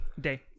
day